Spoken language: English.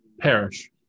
perish